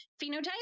phenotype